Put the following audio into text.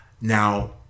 Now